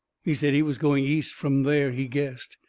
he said he was going east from there, he guessed.